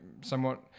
somewhat